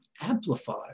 amplified